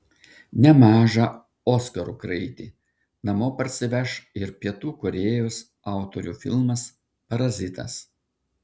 nemažą oskarų kraitį namo parsiveš ir pietų korėjos autorių filmas parazitas